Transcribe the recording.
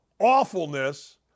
awfulness